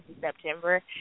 September